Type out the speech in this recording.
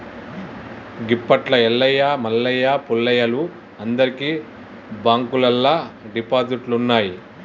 గిప్పట్ల ఎల్లయ్య మల్లయ్య పుల్లయ్యలు అందరికి బాంకుల్లల్ల డిపాజిట్లున్నయ్